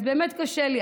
אז באמת קשה לי.